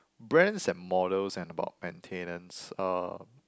brands and models and about maintenance uh